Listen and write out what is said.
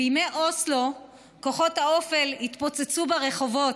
בימי אוסלו כוחות האופל התפוצצו ברחובות,